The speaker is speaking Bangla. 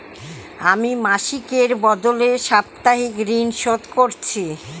আমি মাসিকের বদলে সাপ্তাহিক ঋন শোধ করছি